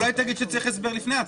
ביקשתי הסבר ולא נתת לי.